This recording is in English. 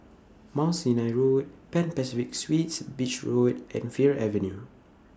Mount Sinai Road Pan Pacific Suites Beach Road and Fir Avenue